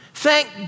Thank